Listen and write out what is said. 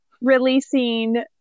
releasing